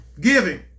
giving